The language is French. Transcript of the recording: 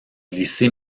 lycée